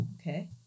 Okay